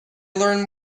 learn